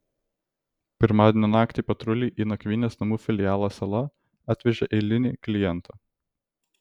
pirmadienio naktį patruliai į nakvynės namų filialą sala atvežė eilinį klientą